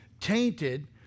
tainted